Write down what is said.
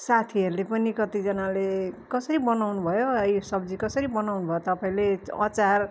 साथीहरूले पनि कतिजनाले कसरी बनाउनुभयो यो सब्जी कसरी बनाउनुभयो तपाईँले अचार